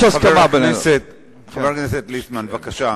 חבר הכנסת ליצמן, בבקשה.